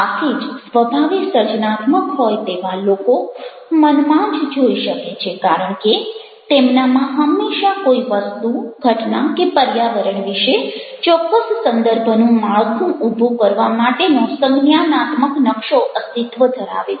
આથી જ સ્વભાવે સર્જનાત્મક હોય તેવા લોકો મનમાં જ જોઈ શકે છે કારણ કે તેમનામાં હંમેશા કોઈ વસ્તુ ઘટના કે પર્યાવરણ વિશે ચોક્કસ સંદર્ભનું માળખું ઉભું કરવા માટેનો સંજ્ઞાનાત્મક નકશો અસ્તિત્વ ધરાવે છે